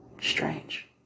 strange